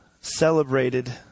celebrated